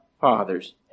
father's